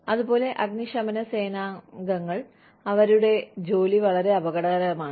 അതുപോലെ അഗ്നിശമന സേനാംഗങ്ങൾ അവരുടെ ജോലി വളരെ അപകടകരമാണ്